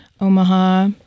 Omaha